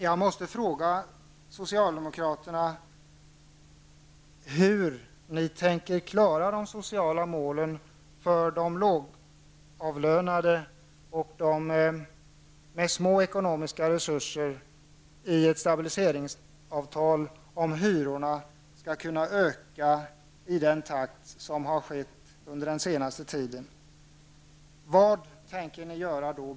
Jag måste fråga socialdemokraterna hur de tänker klara de sociala målen för de lågavlönade och för dem med små ekonomiska resurser i ett stabiliseringsavtal om hyrorna ökar i den takt som har skett under den senaste tiden. Vad tänker ni göra?